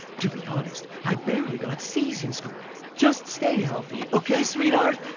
to be honest, i barely got c's in school. just stay healthy, okay, sweetheart?